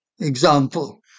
example